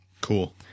Cool